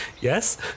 Yes